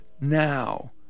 now